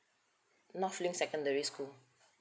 north link secondary school